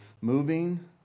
moving